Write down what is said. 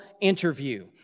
interview